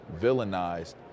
villainized